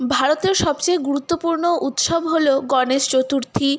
ভারতের সবচেয়ে গুরুত্বপূর্ণ উৎসব হল গণেশ চতুর্থী